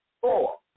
four